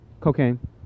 Cocaine